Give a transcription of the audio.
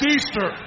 Easter